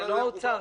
זה לא משרד האוצר.